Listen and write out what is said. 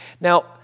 Now